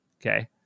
okay